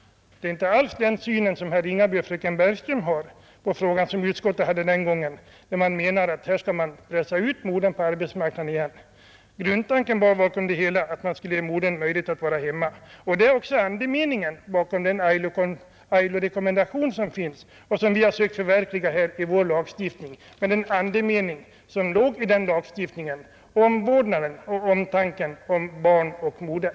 Utskottet hade den gången inte alls den syn på frågan som herr Ringaby och fröken Bergström har, nämligen att modern ovillkorligen skall ut på arbetsmarknaden, Grundtanken var att man skulle ge modern möjlighet att vara hemma. Det är också andemeningen bakom den ILO-rekommendation som finns och som vi har försökt förverkliga i vår lagstiftning. Andemeningen i lagstiftningen har alltså varit omvårdnaden och omtanken om barn och moder.